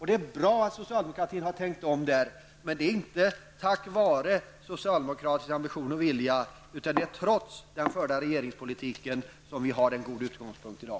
Det är bra att socialdemokratin har tänkt om där, men det är inte tack vare socialdemokratisk ambition och vilja utan det är trots den förda regeringspolitiken som vi har en god utgångspunkt i dag.